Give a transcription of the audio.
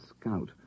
scout